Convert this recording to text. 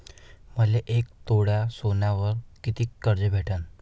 मले एक तोळा सोन्यावर कितीक कर्ज भेटन?